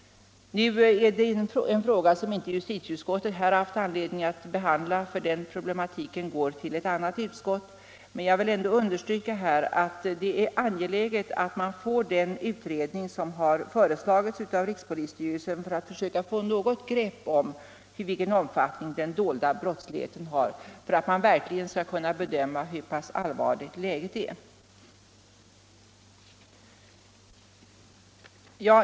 Detta är en fråga som justitieutskottet inte har haft anledning att behandla, eftersom den problematiken hänskjuts till ett annat utskott, men jag vill ändå understryka att det är angeläget att tillsätta den utredning som har föreslagits av rikspolisstyrelsen och som skulle ha till uppgift att försöka få något grepp om vilken omfattning den dolda brottsligheten har, så att man kan få möjligheter att bedöma hur pass allvarligt läget är.